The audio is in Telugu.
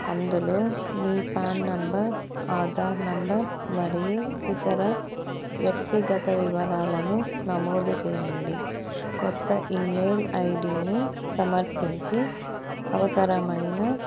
అందులో మీ పాన్ నెంబర్ ఆధార్ నెంబర్ మరియు ఇతర వ్యక్తిగత వివరాలను నమోదు చేయండి కొత్త ఈమెయిల్ ఐడీని సమర్పించి అవసరమైన